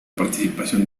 participación